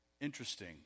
interesting